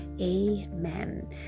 amen